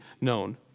known